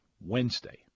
Wednesday